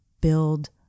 build